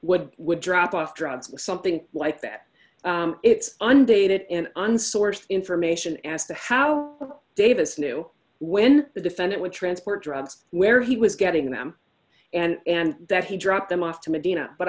would would drop off drugs or something like that it's undated and unsourced information as to how davis knew when the defendant would transport drugs where he was getting them and that he dropped them off to medina but